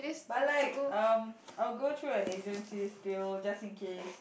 but like um I'll go through an agency still just in case